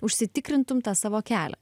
užsitikrintum tą savo kelią